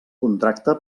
contracte